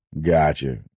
Gotcha